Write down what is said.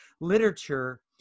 literature